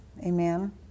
Amen